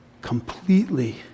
completely